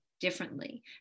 Differently